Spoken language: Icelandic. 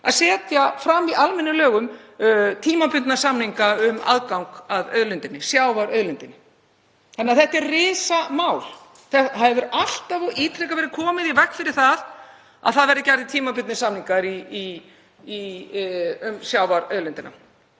að setja fram í almennum lögum tímabundna samninga um aðgang að sjávarauðlindinni. Þannig að þetta er risamál. Það hefur alltaf og ítrekað verið komið í veg fyrir að gerðir verði tímabundnir samningar um sjávarauðlindina.